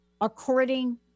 according